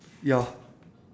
ya